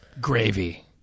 Gravy